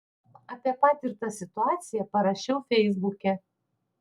apie patirtą situaciją parašiau feisbuke